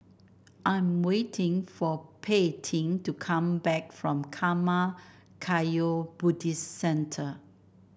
I'm waiting for Paityn to come back from Karma Kagyud Buddhist Centre